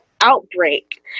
outbreak